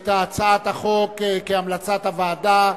את הצעת החוק כהמלצת הוועדה.